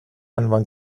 anfon